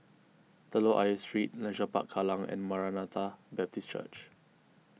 Telok Ayer Street Leisure Park Kallang and Maranatha Baptist Church